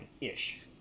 ish